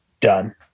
done